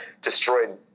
destroyed